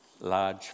large